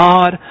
God